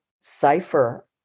cipher